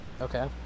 Okay